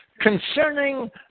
concerning